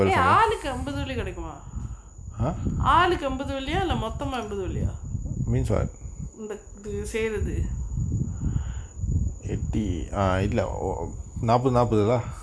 eh ஆளுக்கு அம்பது வெள்ளி கிடைக்குமா ஆளுக்கு அம்பது வெள்ளியா இல்ல மொத்தமா அம்பது வெள்ளியா இந்த இது செய்றது:aaluku ambathu velli kidaikumaa aaluku ambathu velliya illa mothama ambathu velliya intha ithu seirathuku